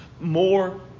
More